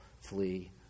flee